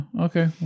okay